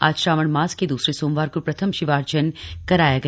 आज श्रावण मास के दूसरे सोमवार को प्रथम शिवार्चन कराया गया